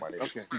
Okay